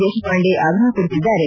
Deshpande ಆಗ್ರಹಪಡಿಸಿದ್ದಾರೆ